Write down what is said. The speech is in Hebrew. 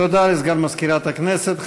תודה לסגן מזכירת הכנסת.